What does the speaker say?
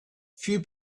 few